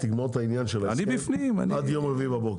תגמור את העניין של ההסכם עד יום רביעי בבוקר.